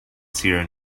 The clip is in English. sierra